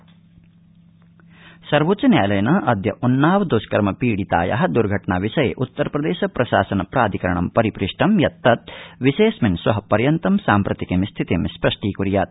शीर्ष न्यायालय उन्नावदृष्कर्म सर्वोच्च न्यायालयेन अद्य उन्नाव दष्कर्म पीडिताया दर्घटना विषये उत्तर प्रदेश प्रशासन प्राधिकरण परिपृष्ट यत् तत् विषयोस्मिन श्वपर्यन्तं साम्प्रतिकीं स्थितिं स्पष्टीकर्यात